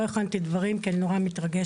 לא הכנתי דברים כי אני נורא מתרגשת,